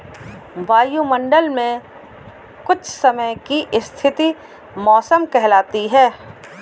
वायुमंडल मे कुछ समय की स्थिति मौसम कहलाती है